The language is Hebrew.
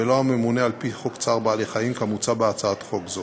ולא הממונה על-פי חוק צער בעלי-חיים כמוצע בהצעת חוק זו.